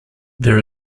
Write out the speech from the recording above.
there